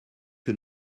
que